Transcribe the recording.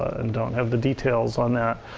and don't have the details on that.